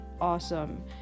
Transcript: awesome